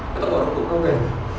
kau tak bawa rokok kau kan